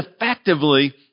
effectively